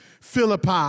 Philippi